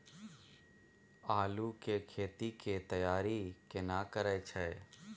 आलू के खेती के तैयारी केना करै छै?